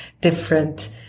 different